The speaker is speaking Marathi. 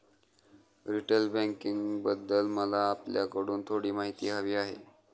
रिटेल बँकिंगबाबत मला आपल्याकडून थोडी माहिती हवी आहे